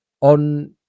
on